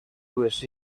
dues